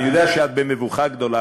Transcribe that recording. אני יודע שאת במבוכה גדולה,